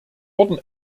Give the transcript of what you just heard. wurden